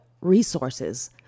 resources